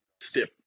step